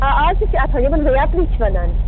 آ اَز تہِ چھِ آسان یِمن حظ یاتری چھِ وَنان